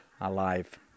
alive